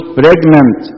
pregnant